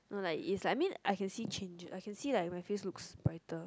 no lah is like I mean I can see changes I can see like my face look brighter